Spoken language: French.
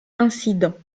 incident